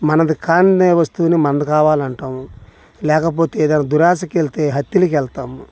మనది కాన్నే వస్తువుని మనది కావాలి అంటాము లేకపోతే ఏదైనా దురాశకి వెళితే హత్యలకి వెళతాము